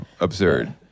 absurd